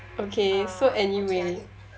okay so anyway